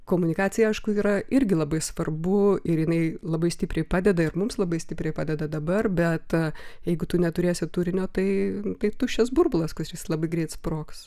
komunikaciją aišku yra irgi labai svarbu ir jinai labai stipriai padeda ir mums labai stipriai padeda dabar bet jeigu tu neturėsi turinio tai tai tuščias burbulas kuris labai greit sprogs